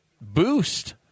boost